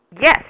Yes